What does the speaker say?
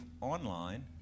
online